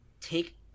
take